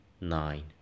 Nine